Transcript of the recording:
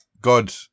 God